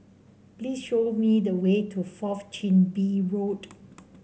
please show me the way to Fourth Chin Bee Road